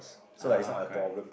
ah correct